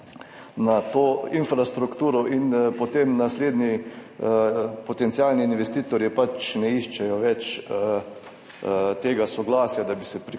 na to infrastrukturo in potem naslednji potencialni investitorji pač ne iščejo več tega soglasja, da bi se priključili,